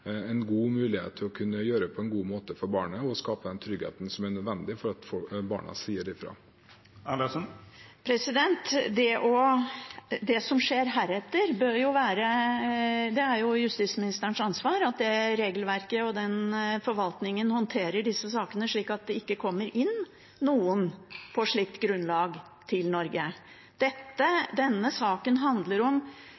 en god mulighet til å gjøre på en god måte for barnet og skape den tryggheten som er nødvendig for at barn sier ifra. Det som skjer heretter, er at justisministeren har ansvar for regelverket, og at forvaltningen håndterer disse sakene slik at det ikke kommer inn noen på slikt grunnlag til Norge.